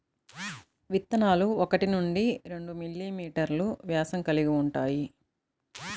విత్తనాలు ఒకటి నుండి రెండు మిల్లీమీటర్లు వ్యాసం కలిగి ఉంటాయి